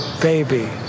baby